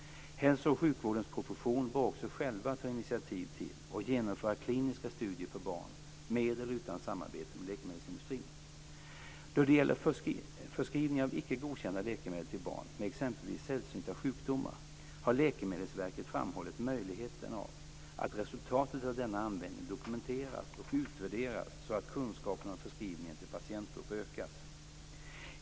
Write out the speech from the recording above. Hälso och sjukvårdens profession bör också själva ta initiativ till och genomföra kliniska studier på barn, med eller utan samarbete med läkemedelsindustrin. Då det gäller förskrivning av icke godkända läkemedel till barn med exempelvis sällsynta sjukdomar har Läkemedelsverket framhållit möjligheten av att resultatet av denna användning dokumenteras och utvärderas så att kunskapen om förskrivningen till patientgruppen ökas.